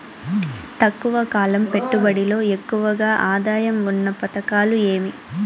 తక్కువ కాలం పెట్టుబడిలో ఎక్కువగా ఆదాయం ఉన్న పథకాలు ఏమి?